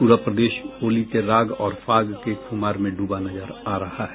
पूरा प्रदेश होली के राग और फाग के खुमार में डूबा नजर आ रहा है